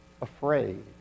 afraid